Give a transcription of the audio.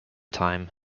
time